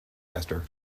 esther